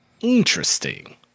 Interesting